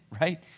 right